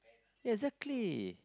ya exactly